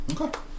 Okay